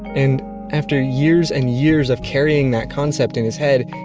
and after years and years of carrying that concept in his head,